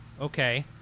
okay